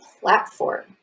platform